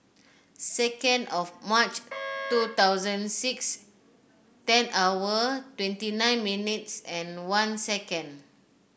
second of March two thousand six ten hour twenty nine minutes and one second